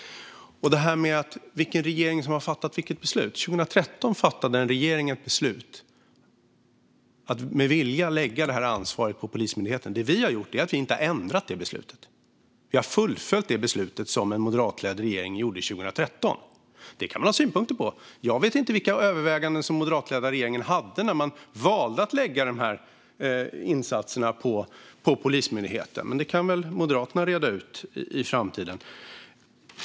När det gäller vilken regering som har fattat vilket beslut fattade en regering 2013 ett beslut om att med vilja lägga detta ansvar på Polismyndigheten. Vi har inte ändrat detta, utan vi har fullföljt det beslut som en moderatledd regering fattade 2013. Detta kan man ha synpunkter på. Jag vet inte vilka överväganden den moderatledda regeringen gjorde när man valde att lägga dessa insatser på Polismyndigheten. Det kan väl Moderaterna reda ut i framtiden.